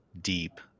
deep